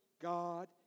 God